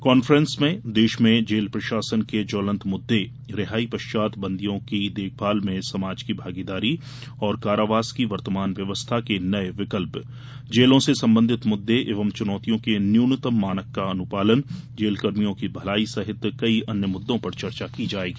conference में देश में जेल प्रशासन के ज्वलंत मुद्दे रिहाई पश्चात बंदियों की देखभाल में समाज की भागीदारी एवं कारावास की वर्तमान व्यवस्था के नए विकल्प जेलों से संबंधित मुद्दों एवं चुनौतियों के न्यूनतम मानक का अनुपालन जेलकर्मियों की भलाई सहित कई अन्य मुद्दों पर चर्चा की जाएगी